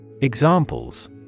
Examples